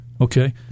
Okay